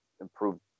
improved